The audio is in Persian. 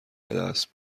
بدست